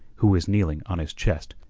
who was kneeling on his chest,